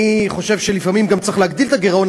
אני חושב שלפעמים גם צריך להגדיל את הגירעון,